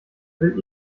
will